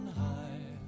high